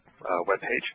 webpage